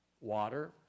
water